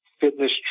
fitness